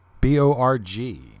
B-O-R-G